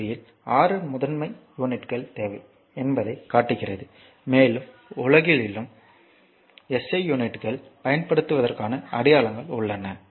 1 இல் 6 முதன்மை யூனிட்கள் தேவை என்பதைக் காட்டுகிறது மேலும் உலகெங்கிலும் எஸ் ஐ யூனிட்கள் பயன்படுத்தப்படுவதற்கான அடையாளங்கள் உள்ளன